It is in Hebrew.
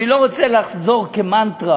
אני לא רוצה לחזור כמנטרה